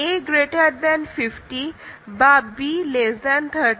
a 50 বা b 30